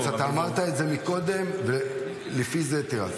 יש תירוץ, אתה אמרת את זה מקודם, ולפי זה תירצתי.